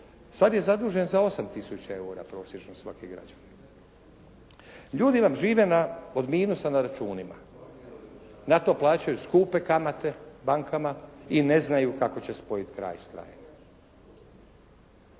Sad je zadužen za 8 tisuća eura prosječno svaki građanin. Ljudi vam žive od minusa na računima. Na to plaćaju skupe kamate bankama i ne znaju kako će spojit kraj s krajem.